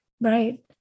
Right